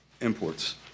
imports